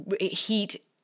heat